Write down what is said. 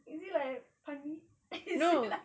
is it like a pani is it like